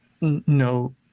no